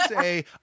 say